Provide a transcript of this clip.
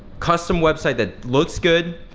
custom website that looks good,